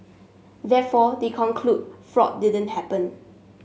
therefore they conclude fraud didn't happen